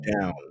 down